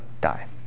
die